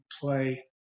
play